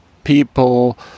people